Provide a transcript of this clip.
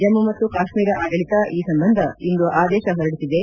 ಜಮ್ನು ಮತ್ತು ಕಾಶ್ಮೀರ ಆಡಳಿತ ಈ ಸಂಬಂಧ ಇಂದು ಆದೇಶ ಹೊರಡಿಬಿದೆ